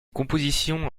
compositions